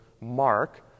mark